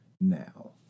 now